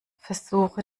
versuche